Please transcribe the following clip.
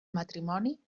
matrimoni